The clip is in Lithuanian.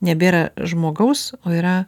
nebėra žmogaus o yra